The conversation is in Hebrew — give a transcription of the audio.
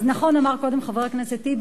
אז נכון אמר קודם חבר הכנסת טיבי,